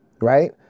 right